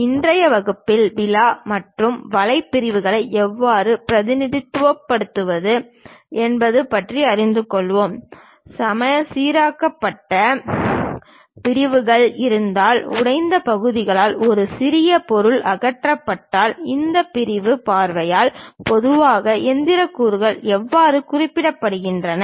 இன்றைய வகுப்பில் விலா மற்றும் வலை பிரிவுகளை எவ்வாறு பிரதிநிதித்துவப்படுத்துவது என்பது பற்றி அறிந்து கொள்வோம் சீரமைக்கப்பட்ட பிரிவுகள் இருந்தால் உடைந்த பகுதிகளால் ஒரு சிறிய பொருள் அகற்றப்பட்டால் இந்த பிரிவு பார்வையில் பொதுவான இயந்திர கூறுகள் எவ்வாறு குறிப்பிடப்படுகின்றன